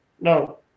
No